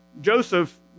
Joseph